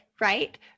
right